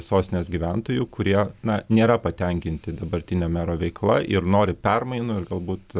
sostinės gyventojų kurie na nėra patenkinti dabartinio mero veikla ir nori permainų ir galbūt